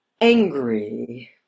angry